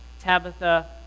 Tabitha